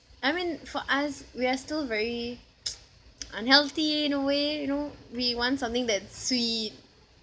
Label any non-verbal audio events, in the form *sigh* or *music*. I mean for us we are still very *noise* unhealthy in a way you know we want something that's sweet